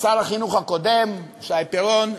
שר החינוך הקודם שי פירון,